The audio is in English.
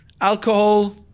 alcohol